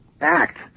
act